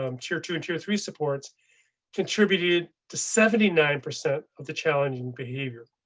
um tier two and tier three supports contributed to seventy nine percent of the challenging behavior.